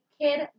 kid